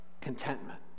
contentment